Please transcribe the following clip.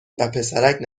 وپسرک